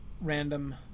random